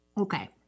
Okay